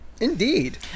indeed